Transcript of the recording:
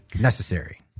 necessary